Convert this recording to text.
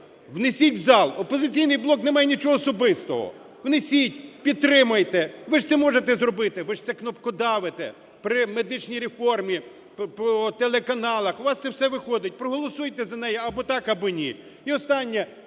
Внесіть в зал, "Опозиційний блок" не має нічого особистого, внесіть, підтримайте, ви ж це можете зробити, ви ж цекнопкодавите при медичній реформі, по телеканалах, у вас це все виходить, проголосуйте за неї або "так", або "ні". І останнє.